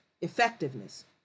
effectiveness